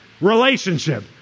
Relationship